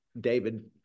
David